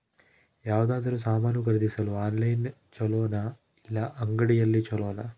ಯಾವುದಾದರೂ ಸಾಮಾನು ಖರೇದಿಸಲು ಆನ್ಲೈನ್ ಛೊಲೊನಾ ಇಲ್ಲ ಅಂಗಡಿಯಲ್ಲಿ ಛೊಲೊನಾ?